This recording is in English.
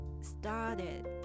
started